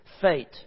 fate